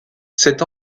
cet